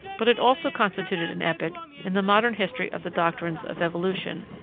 but it also constituted an epoch in the modern history of the doctrines of evolution,